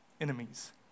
enemies